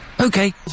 Okay